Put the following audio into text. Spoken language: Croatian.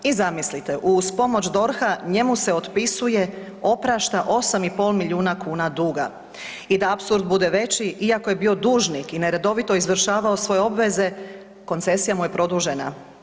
I zamislite uz pomoć DORH-a njemu se otpisuje, oprašta 8,5 milijuna kuna duga i da apsurd bude već iako je bio dužnik i neredovito izvršavao svoje obveze koncesija mu je produžena.